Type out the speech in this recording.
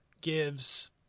gives